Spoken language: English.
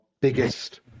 biggest